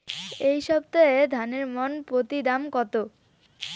এই সপ্তাহে ধানের মন প্রতি দাম কত?